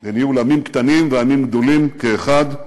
לניהול עמים קטנים ועמים גדולים כאחד,